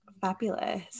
Fabulous